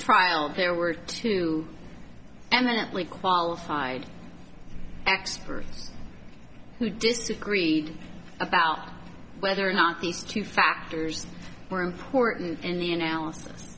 trial if there were two and then it only qualified experts who disagreed about whether or not these two factors were important in the analysis